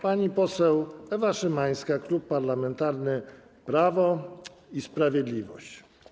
Pani poseł Ewa Szymańska, Klub Parlamentarny Prawo i Sprawiedliwość.